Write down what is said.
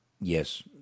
yes